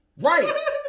Right